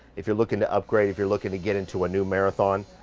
if you're looking to upgrade. if you're looking to get into a new marathon,